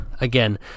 Again